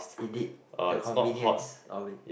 indeed the convenience of it